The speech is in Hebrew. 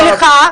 סליחה,